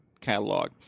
catalog